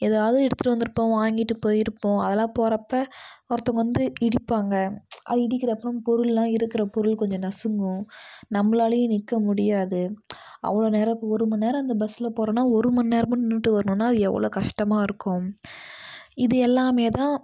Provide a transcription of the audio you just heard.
எதாவது எடுத்துகிட்டு வந்திருப்போம் வாங்கிட்டு போய்ருப்போம் அதல்லாம் போகிறப்ப ஒருத்தவங்க வந்து இடிப்பாங்க அது இடிக்கிறப்போ பொருள்லாம் இருக்கிற பொருள் கொஞ்சம் நசுங்கும் நம்மளாலையும் நிற்க முடியாது அவ்வளோ நேரம் இப்போ ஒருமணி நேரம் அந்த பஸ்ஸில் போகிறோனா ஒருமணி நேரமும் நின்னுகிட்டு வரணுன்னா அது எவ்வளோ கஷ்டமாயிருக்கும் இது எல்லாம் தான்